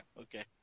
okay